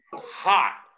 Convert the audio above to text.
hot